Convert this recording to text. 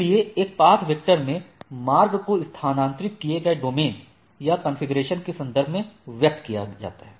इसलिए एक path vector में मार्ग को स्थानांतरित किए गए डोमेन या कॉन्फ़िगरेशन के संदर्भ में व्यक्त किया जाता है